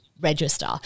register